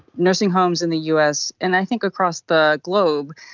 nursing homes in the us, and i think across the globe,